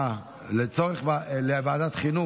בעד,